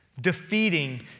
defeating